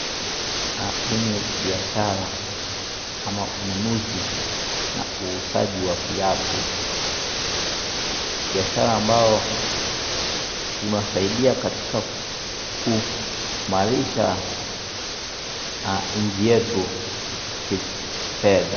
Huu ni biashara au ununuzi na uuzaji wa viatu. Biashara ambayo unasaidia katika kuimarisha nchi yetu kifedha.